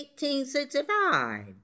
1865